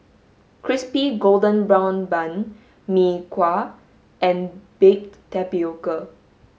crispy golden brown bun Mee Kuah and baked tapioca